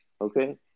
Okay